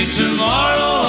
tomorrow